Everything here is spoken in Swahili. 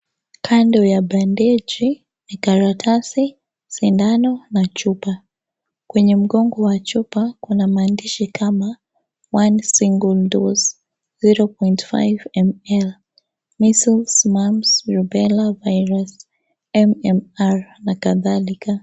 Kando wa bandeji ni karatasi, sindano na chupa. Kwenye mgongo wa chupa kuna maandishi kama One single dose 0.5ml; measles, mumps, Rubella virus MMR na kadhalika.